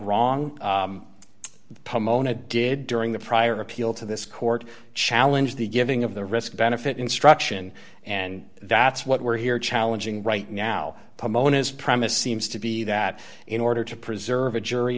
wrong pomona did during the prior appeal to this court challenge the giving of the risk benefit instruction and that's what we're here challenging right now promoting his premise seems to be that in order to preserve a jury